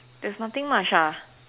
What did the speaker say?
there's nothing much ah